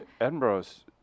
edinburgh's